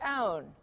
own